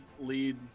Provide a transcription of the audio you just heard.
lead